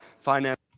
finance